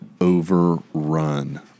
overrun